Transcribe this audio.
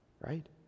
right